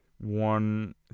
One